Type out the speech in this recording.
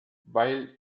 weil